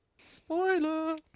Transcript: spoiler